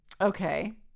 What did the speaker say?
okay